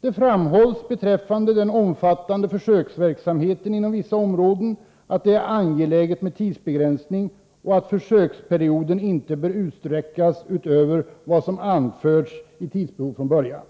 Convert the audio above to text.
Det framhålls beträffande den omfattande försöksverksamheten inom vissa områden att det är angeläget med tidsbegränsning, och att försöksperioden inte bör sträcka sig utöver vad som anförts i tidsbehov från början.